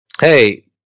Hey